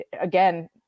again